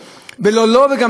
גם אם אין להם ביטוח סיעודי,